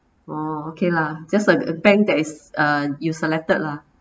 oh okay lah just like a bank that is uh you selected lah